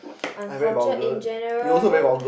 uncultured in general